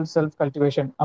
Self-Cultivation